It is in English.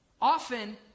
Often